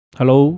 Hello